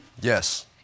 Yes